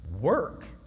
work